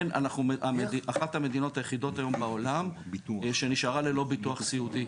אנחנו אחת המדינות היחידות היום בעולם שנשארה ללא ביטוח סיעודי.